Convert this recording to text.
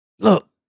Look